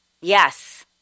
Yes